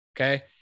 Okay